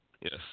Yes